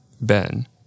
Ben